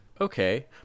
okay